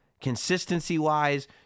Consistency-wise